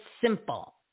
simple